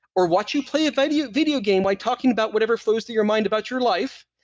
or watch you play a video video game while talking about whatever flows through your mind about your life.